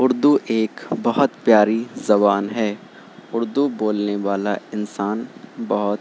اردو ایک بہت پیاری زبان ہے اردو بولنے والا انسان بہت